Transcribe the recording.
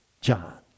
John